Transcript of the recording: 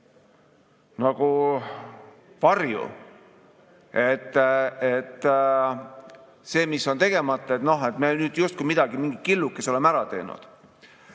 töö varju, et see, mis on tegemata, et noh, me justkui midagi, mingi killukese oleme ära teinud.